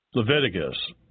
Leviticus